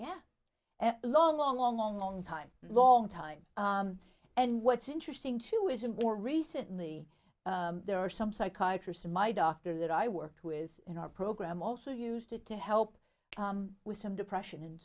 yeah a long long long long long time long time and what's interesting too is in war recently there are some psychiatrists my doctor that i worked with in our program also used it to help with some depression and